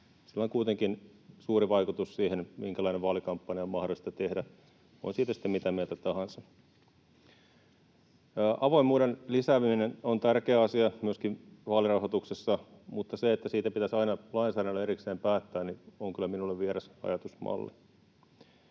Sillä on kuitenkin suuri vaikutus siihen, minkälainen vaalikampanja on mahdollista tehdä — on siitä sitten mitä mieltä tahansa. Avoimuuden lisääminen on tärkeä asia myöskin vaalirahoituksessa, mutta se, että siitä pitäisi aina lainsäädännöllä erikseen päättää, on kyllä minulle vieras ajatusmalli.